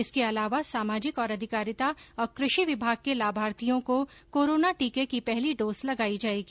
इसके अलावा सामाजिक एवं अधिकारिता और कृषि विभाग के लाभार्थियों को कोरोना टीके की पहली डोज लगाई जायेगी